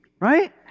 right